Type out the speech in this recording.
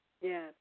Yes